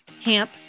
Camp